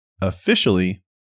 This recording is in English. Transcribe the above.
officially